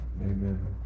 Amen